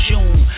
June